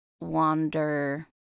wander